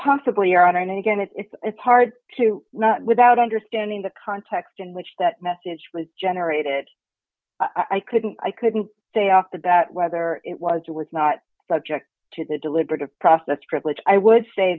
again it's hard to not without understanding the context in which that message was generated i couldn't i couldn't say off the bat whether it was or was not subject to the deliberative process privilege i would say